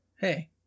hey